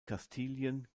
kastilien